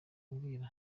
niba